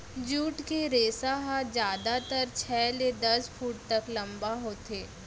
jute के रेसा ह जादातर छै ले दस फूट तक लंबा होथे